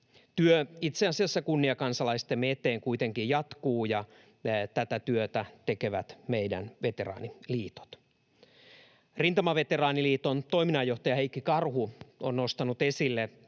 itse asiassa kunniakansalaistemme eteen kuitenkin jatkuu, ja tätä työtä tekevät meidän veteraaniliitot. Rintamaveteraaniliiton toiminnanjohtaja Heikki Karhu on nostanut esille